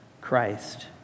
christ